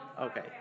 Okay